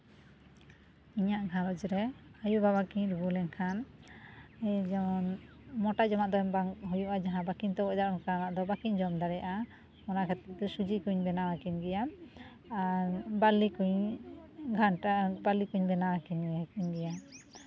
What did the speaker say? ᱤᱧᱟ ᱜ ᱜᱷᱟᱨᱚᱸᱡᱽ ᱨᱮ ᱟᱹᱭᱩᱼᱵᱟᱵᱟ ᱠᱤᱱ ᱨᱩᱣᱟᱹ ᱞᱮᱱᱠᱷᱟᱱ ᱡᱮᱢᱚᱱ ᱢᱳᱴᱟ ᱡᱟᱢᱟ ᱫᱚ ᱮᱢ ᱵᱟᱝ ᱦᱩᱭᱩᱜᱼᱟ ᱡᱟᱦᱟᱸ ᱵᱟᱹᱠᱤᱱ ᱛᱚᱜᱚᱡ ᱫᱟᱲᱮᱜᱼᱟ ᱚᱱᱠᱟᱱᱟᱜ ᱫᱚ ᱵᱟᱹᱠᱤᱱ ᱡᱚᱢ ᱫᱟᱲᱮᱭᱟᱜᱼᱟ ᱚᱱᱟ ᱠᱷᱟᱹᱛᱤᱨ ᱛᱮ ᱥᱩᱡᱤ ᱠᱚᱧ ᱵᱮᱱᱟᱣ ᱟᱹᱠᱤᱱ ᱜᱮᱭᱟ ᱟᱨ ᱵᱟᱨᱞᱤ ᱠᱚᱧ ᱜᱷᱟᱱᱴᱟ ᱵᱟᱨᱞᱤ ᱠᱚᱧ ᱵᱮᱱᱟᱣ ᱟᱹᱠᱤᱱᱟ ᱧᱩᱭ ᱜᱮᱭᱟᱠᱤᱱ